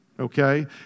Okay